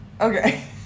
Okay